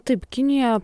taip kinijoje